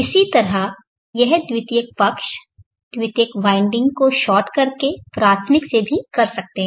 इसी तरह यह द्वितीयक पक्ष द्वितीयक वाइंडिंग को शार्ट करके प्राथमिक से भी कर सकते है